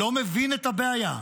לא מבין את הבעיה,